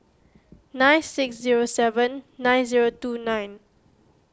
nine six zero seven nine zero two nine